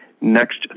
next